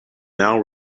now